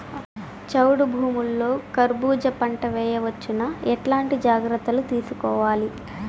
చౌడు భూముల్లో కర్బూజ పంట వేయవచ్చు నా? ఎట్లాంటి జాగ్రత్తలు తీసుకోవాలి?